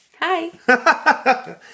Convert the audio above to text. Hi